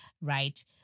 right